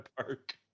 park